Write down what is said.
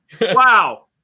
Wow